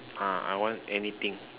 ah I want anything